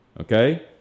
Okay